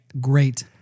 great